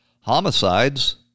Homicides